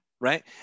Right